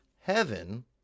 heaven